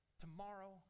tomorrow